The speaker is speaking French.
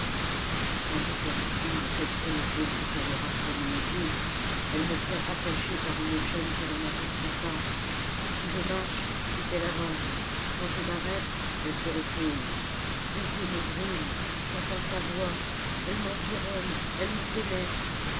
je suis sans doute la victime de quelque holocauste qu'elle aura promis aux dieux elle me tient attaché par une chaîne que l'on n'aperçoit pas si je marche c'est qu'elle s'avance quand je m'arrête elle se repose ses jeux me brûlent j'entends sa voix elle m'environne elle me pénètre